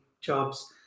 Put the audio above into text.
jobs